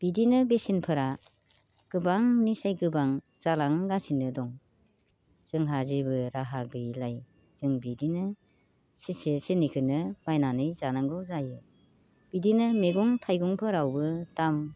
बिदिनो बेसेनफोरा गोबांनिसाय गोबां जालांगासिनो दं जोंहा जेबो राहा गैयिलाय जों बिदिनो सेरसे सेरनैखोनो बायनानै जानांगौ जायो बिदिनो मेगं थाइगंफोरावबो दाम